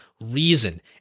reason